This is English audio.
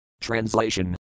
Translation